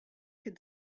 could